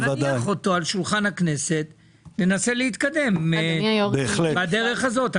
נניח אותו על שולחן הכנסת וננסה להתקדם בדרך הזאת.